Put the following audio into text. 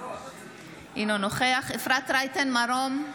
אינו נוכח אפרת רייטן מרום,